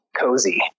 cozy